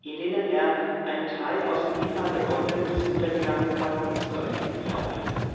in denen er einen teil aus dem inhalt der gondel des untergegangenen ballons zu erkennen glaubte